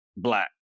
Black